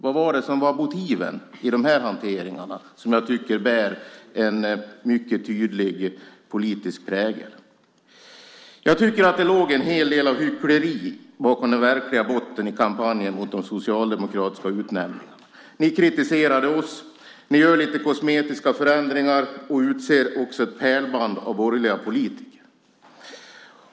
Vilka var motiven i dessa hanteringar som jag tycker bär en mycket tydlig politisk prägel? Det låg en hel del av hyckleri bakom den verkliga botten i kampanjen mot de socialdemokratiska utnämningarna. Ni kritiserar oss, gör lite kosmetiska förändringar och utser ett pärlband av borgerliga politiker.